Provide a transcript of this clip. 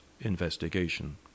investigation